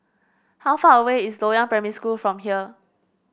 how far away is Loyang Primary School from here